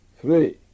Three